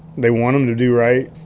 they want them to do right.